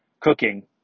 cooking